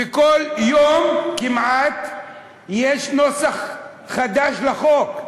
וכל יום כמעט יש נוסח חדש לחוק.